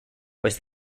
was